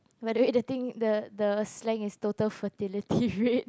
by the thing the the slang is total fertility rate